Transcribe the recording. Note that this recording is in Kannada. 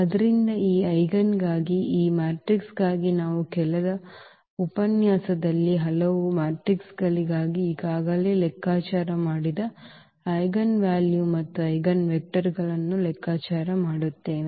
ಆದ್ದರಿಂದ ಈ ಐಜೆನ್ಗಾಗಿ ಈ ಮ್ಯಾಟ್ರಿಕ್ಸ್ಗಾಗಿ ನಾವು ಕಳೆದ ಉಪನ್ಯಾಸದಲ್ಲಿ ಹಲವಾರು ಮ್ಯಾಟ್ರಿಕ್ಸ್ಗಳಿಗಾಗಿ ಈಗಾಗಲೇ ಲೆಕ್ಕಾಚಾರ ಮಾಡಿದ ಐಜೆನ್ ವ್ಯಾಲ್ಯೂ ಮತ್ತು ಐಜೆನ್ವೆಕ್ಟರ್ಗಳನ್ನು ಲೆಕ್ಕಾಚಾರ ಮಾಡುತ್ತೇವೆ